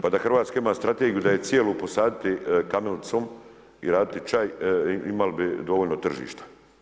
Pa da Hrvatska ima strategiju da je cijelu posaditi kamilicom i raditi čaj, imali bi dovoljno tržišta.